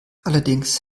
allerdings